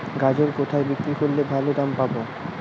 গাজর কোথায় বিক্রি করলে ভালো দাম পাব?